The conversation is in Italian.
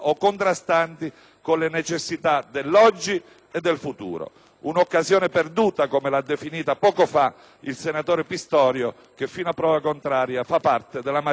con le necessità dell'oggi e del futuro. Un'occasione perduta, come l'ha definita poco fa il senatore Pistorio, che fino a prova contraria fa parte della maggioranza di Governo.